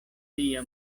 lia